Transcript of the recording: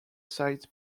sized